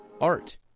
Art